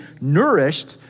nourished